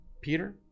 Peter